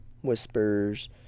Whispers